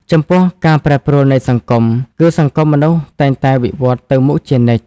ចំពោះ ការប្រែប្រួលនៃសង្គម គឺសង្គមមនុស្សតែងតែវិវឌ្ឍន៍ទៅមុខជានិច្ច។